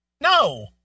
No